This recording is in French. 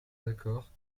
d’accord